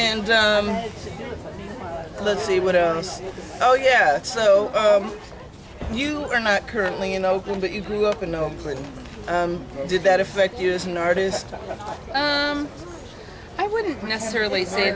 and oh let's see what else oh yeah so you are not currently in oakland but you grew up in oakland did that affect you as an artist i wouldn't necessarily say